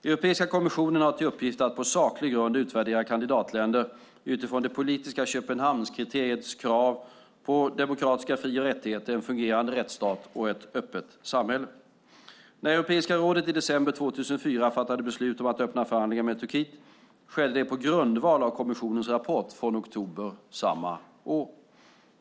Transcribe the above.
Europeiska kommissionen har till uppgift att på saklig grund utvärdera kandidatländer utifrån det politiska Köpenhamnskriteriets krav på demokratiska fri och rättigheter, en fungerande rättsstat och ett öppet samhälle. När Europeiska rådet i december 2004 fattade beslut om att öppna förhandlingar med Turkiet skedde det på grundval av kommissionens rapport från oktober samma år.